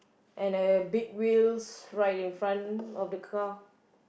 and a big wheels right in front of the car